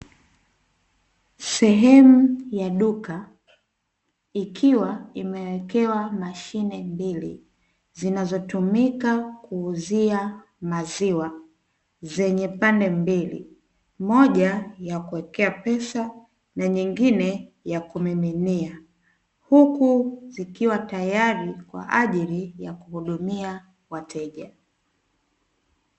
Sehemu ya duka ikiwa imewekewa mashine mbili zinazotumika kuuzia maziwa zenye pande mbili, moja ya kuwekea pesa na nyingine ya kumiminia huku zikiwa tayari kwa ajili ya kuhudumia wateja.